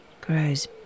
grows